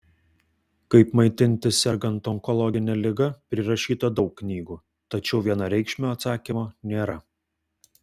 kaip maitintis sergant onkologine liga prirašyta daug knygų tačiau vienareikšmio atsakymo nėra